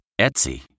Etsy